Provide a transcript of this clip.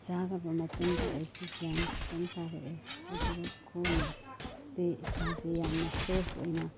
ꯆꯥꯔꯕ ꯃꯇꯨꯡꯗ ꯑꯩꯁꯤ ꯒ꯭ꯌꯥꯟ ꯈꯤꯇꯪ ꯇꯥꯔꯛꯑꯦ ꯑꯗꯨꯒ ꯀꯣꯟꯅ ꯏꯁꯥꯁꯤ ꯌꯥꯝꯅ ꯐ꯭ꯔꯦꯁ ꯑꯣꯏꯅ